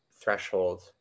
threshold